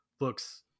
looks